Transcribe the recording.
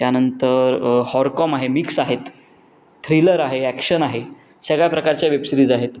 त्यानंतर हॉरकॉम आहे मिक्स आहेत थ्रिलर आहे ॲक्शन आहे सगळ्या प्रकारच्या वेबसिरीज आहेत